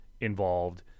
involved